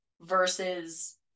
versus